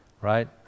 Right